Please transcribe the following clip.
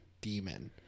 demon